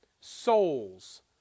souls